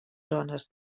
zones